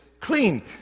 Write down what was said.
clean